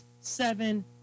seven